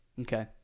Okay